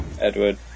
Edward